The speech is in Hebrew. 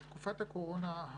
תקופת הקורונה,